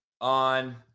on